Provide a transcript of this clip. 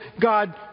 God